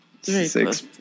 Six